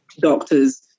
doctor's